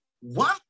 one